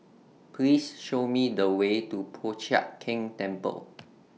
Please Show Me The Way to Po Chiak Keng Temple